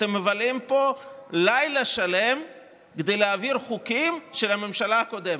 אתם מבלים פה לילה שלם כדי להעביר חוקים של הממשלה הקודמת,